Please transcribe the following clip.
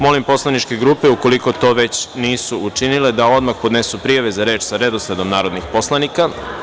Molim poslaničke grupe, ukoliko to već nisu učinile, da odmah podnesu prijave za reč sa redosledom narodnih poslanika.